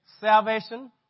salvation